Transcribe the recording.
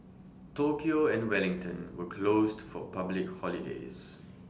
Tokyo and Wellington were closed for public holidays